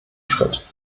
schritt